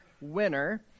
winner